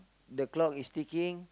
the clock is ticking